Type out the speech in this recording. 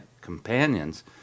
companions